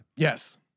Yes